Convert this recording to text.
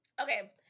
Okay